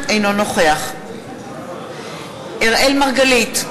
אינו נוכח אראל מרגלית,